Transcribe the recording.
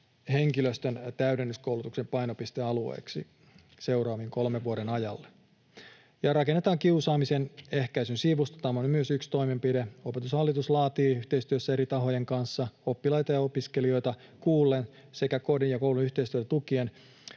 henkilöstön täydennyskoulutuksen painopistealueeksi seuraavien kolmen vuoden ajalle. Rakennetaan kiusaamisen ehkäisyn sivusto — tämä on myös yksi toimenpide: Opetushallitus laatii yhteistyössä eri tahojen kanssa oppilaita ja opiskelijoita kuullen sekä kodin ja koulun yhteistyötä tukien